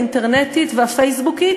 האינטרנטית והפייסבוקית.